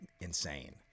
insane